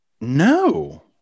No